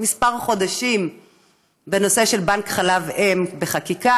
כמה חודשים בנושא של בנק חלב אם בחקיקה,